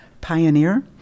pioneer